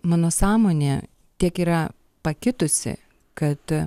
mano sąmonė tiek yra pakitusi kad